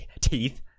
Teeth